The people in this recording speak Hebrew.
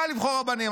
קל לבחור רבנים,